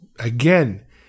Again